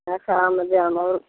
अच्छा आन जान आओर